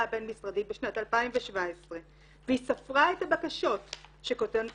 הבין משרדית בשנת 2017 והיא ספרה את הבקשות שכותרתן